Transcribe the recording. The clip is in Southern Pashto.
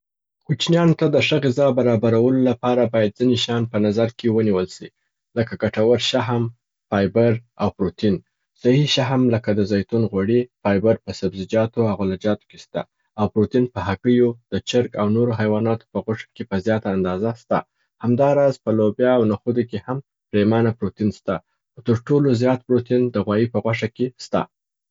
کوچنیانو ته د ښه غذا برابرولو لپاره باید ځیني شیان په نظر کې ونیول سي، لکه ګټور شهم، فایبر، او پروتین. صحح شهم لکه د زیتون غوړوي، فایبر، په سبزیجاتو او غلجاتو کې سته او پروتین په هګیو، د چرګ او نورو حیواناتو په غوښو کي په زیاته اندازه سته، همدا راز په لوبیا او نخودو کي هم پریمانه پروتین سته. خو تر ټولو زیات پروتین د غوايي په غوښه کي سته.